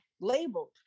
labeled